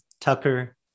Tucker